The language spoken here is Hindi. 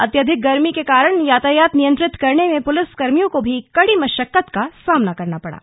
अत्यधिक गर्मी के कारण यातायात नियंत्रित करने में पुलिस कर्मियों को भी कड़ी मशक्कत का सामना करना पड़ा